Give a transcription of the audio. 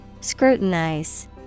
scrutinize